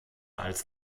als